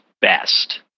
best